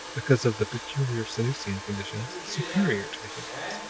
because of the peculiar sanusian conditions, superior to the humans?